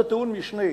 זה טיעון משני.